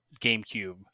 GameCube